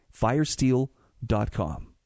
FireSteel.com